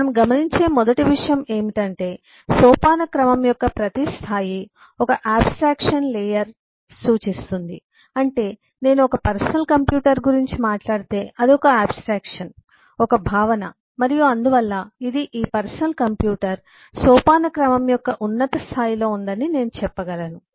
మనము గమనించే మొదటి విషయం ఏమిటంటే సోపానక్రమం యొక్క ప్రతి స్థాయి ఒక అబ్స్ట్రక్షన్ లేయర్ abstraction layer సంగ్రహణ పొరను సూచిస్తుంది అంటే నేను ఒక పర్సనల్ కంప్యూటర్ గురించి మాట్లాడితే అది ఒక అబ్స్ట్రక్షన్ ఒక భావన మరియు అందువల్ల ఇది ఈ పర్సనల్ కంప్యూటర్ సోపానక్రమం యొక్క ఉన్నత స్థాయిలో ఉందని నేను చెప్పగలను